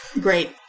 Great